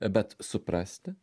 bet suprasti